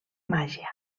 màgia